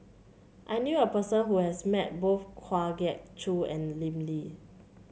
I knew a person who has met both Kwa Geok Choo and Lim Lee